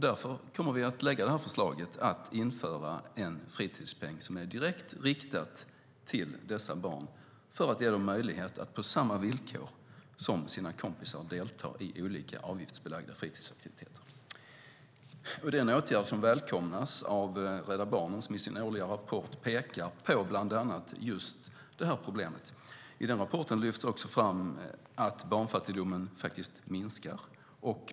Därför kommer vi att lägga fram förslaget att införa en fritidspeng som är direkt riktad till dessa barn för att ge dem möjlighet att på samma villkor som sina kompisar delta i olika avgiftsbelagda fritidsaktiviteter. Det är en åtgärd som välkomnas av Rädda Barnen, som i sin årliga rapport pekar på bland annat just detta problem. I rapporten lyfts också fram att barnfattigdomen minskar.